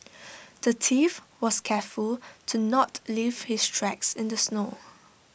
the thief was careful to not leave his tracks in the snow